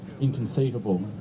inconceivable